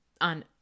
on